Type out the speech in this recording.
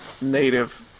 native